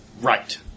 Right